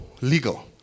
legal